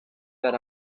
that